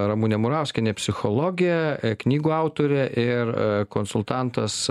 ramunė murauskienė psichologė knygų autorė ir konsultantas